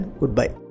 goodbye